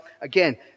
again